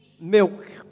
Milk